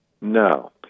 No